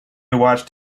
watched